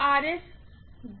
गिरावट है